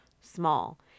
small